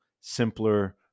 simpler